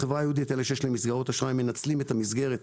בחברה היהודית אלה שיש להם מסגרות אשראי מנצלים את המסגרת,